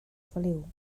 feliu